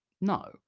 no